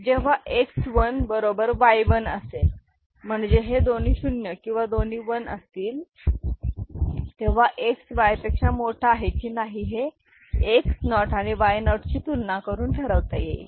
जेव्हा X 1 बरोबर Y 1 असेल म्हणजे हे दोन्ही शून्य किंवा दोन्ही 1 असतील तेव्हा X Y पेक्षा मोठा आहे की नाही हे X 0 आणि Y 0 ची तुलना करून ठरवता येईल